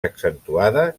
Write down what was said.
accentuada